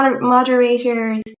moderators